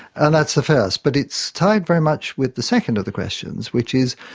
and that's the first. but it's tied very much with the second of the questions which is,